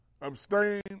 Abstain